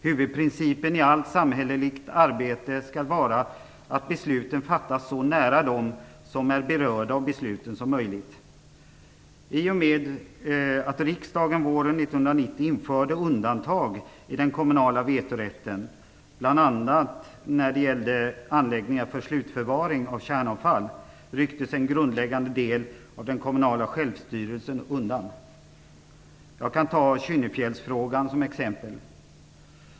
Huvudprincipen i allt samhälleligt arbete skall vara att besluten fattas så nära dem som är berörda av besluten som möjligt. I och med att riksdagen våren 1990 införde undantag i den kommunala vetorätten, bl.a. när det gäller anläggningar för slutförvaring av kärnavfall, rycktes en grundläggande del av den kommunala självstyrelsen undan. Jag kan ta Kynnefjällsfrågan som exempel.